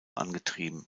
angetrieben